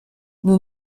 nous